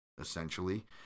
essentially